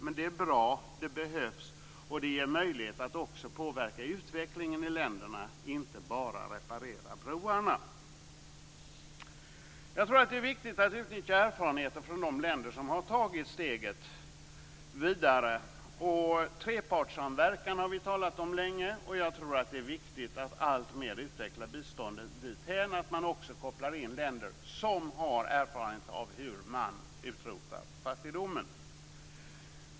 Men det är bra och det behövs. Och det ger möjlighet att också påverka utvecklingen i länderna, inte bara reparera broarna. Jag tror att det är viktigt att utnyttja erfarenheter från de länder som har tagit steget vidare. Trepartssamverkan har vi talat om länge. Jag tror att det är viktigt att alltmer utveckla biståndet dithän att man också kopplar in länder som har erfarenhet av hur man utrotar fattigdomen.